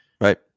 right